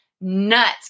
nuts